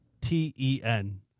T-E-N